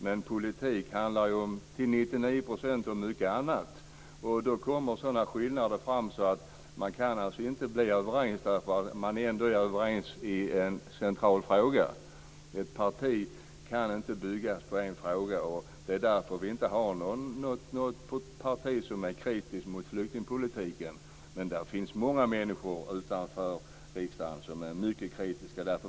Men politik handlar till 99 % om mycket annat. Då kommer sådana skillnader fram att man inte kan bli överens trots att man är överens i en central fråga. Ett parti kan inte byggas på en fråga. Det är därför vi inte har något parti som är kritiskt mot flyktingpolitiken. Men det finns många människor utanför riksdagen som är mycket kritiska.